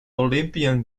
olympian